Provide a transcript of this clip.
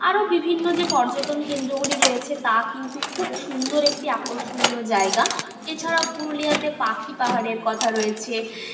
আরো বিভিন্ন যে পর্যটন কেন্দ্রগুলি রয়েছে তা কিন্তু খুব সুন্দর একটি আকর্ষণীয় জায়গা এছাড়াও পুরুলিয়াতে পাখি পাহাড়ের কথা রয়েছে